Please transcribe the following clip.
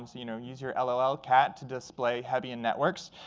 and so you know use your lol cat to display hebbian networks.